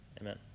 Amen